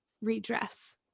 redress